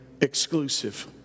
exclusive